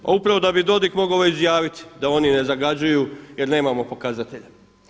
Pa upravo da bi Dodig mogao ovo izjaviti da oni ne zagađuju jer nemamo pokazatelja.